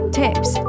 tips